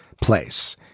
place